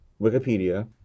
Wikipedia